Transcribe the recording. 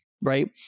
right